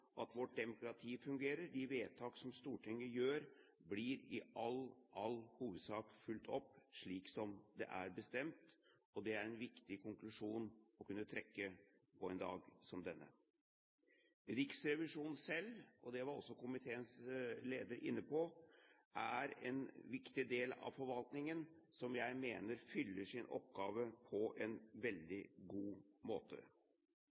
at vårt demokrati fungerer. De vedtak som Stortinget gjør, blir i all hovedsak fulgt opp slik som det er bestemt. Det er en viktig konklusjon å kunne trekke på en dag som denne. Riksrevisjonen selv, og det var også komiteens leder inne på, er en viktig del av forvaltningen, som jeg mener fyller sin oppgave på en veldig god måte.